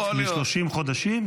30 חודשים,